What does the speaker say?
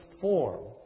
form